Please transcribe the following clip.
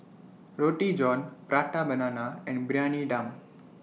Roti John Prata Banana and Briyani Dum